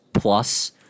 Plus